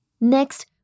Next